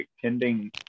pending